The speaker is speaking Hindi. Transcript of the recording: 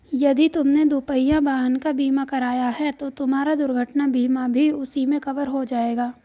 यदि तुमने दुपहिया वाहन का बीमा कराया है तो तुम्हारा दुर्घटना बीमा भी उसी में कवर हो जाएगा